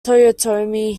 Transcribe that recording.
toyotomi